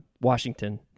Washington